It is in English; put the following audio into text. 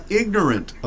ignorant